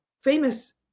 famous